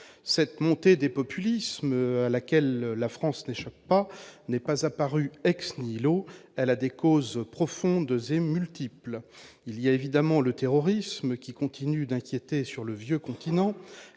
cette montée des populismes à laquelle la France n'échappe pas, n'est pas apparu ex nihilo, elle a des causes profondes et multiple, il y a évidemment le terrorisme qui continue d'inquiéter sur le vieux continent,